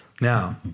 Now